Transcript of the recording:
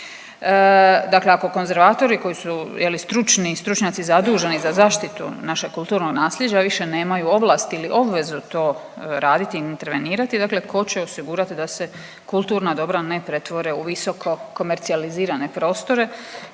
Dakle, ako konzervatori koji su stručni, stručnjaci zaduženi za zaštitu našeg kulturnog nasljeđa više nemaju ovlast ili obvezu to raditi ili intervenirati, dakle tko će osigurati da se kulturna dobra ne pretvore u visoko komercijalizirane prostore